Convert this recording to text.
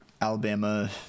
Alabama